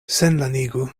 senlanigu